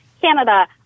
Canada